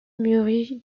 mourut